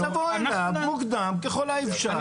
אז תבוא אליו מוקדם ככל האפשר.